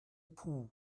pull